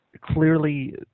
clearly